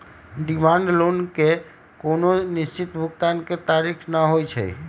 demand loan के कोनो निश्चित भुगतान के तारिख न होइ छइ